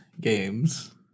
games